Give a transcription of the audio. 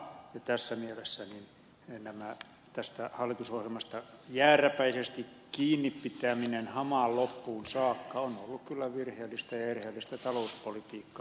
tässä mielessä tästä hallitusohjelmasta jääräpäisesti kiinni pitäminen hamaan loppuun saakka on ollut kyllä virheellistä ja erheellistä talouspolitiikkaa